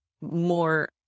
more